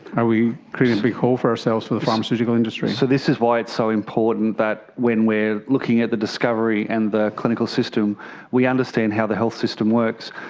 are we creating a big hole for ourselves for the pharmaceutical industry? so this is why it's so important that when we are looking at the discovery and the clinical system we understand how the health system works.